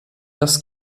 das